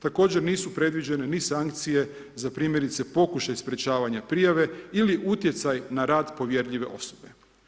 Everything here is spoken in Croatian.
Također nisu predviđene ni sankcije za primjerice pokušaj sprečavanja prijave ili utjecaj na rad povjerljive osobe.